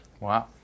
Wow